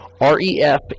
R-E-F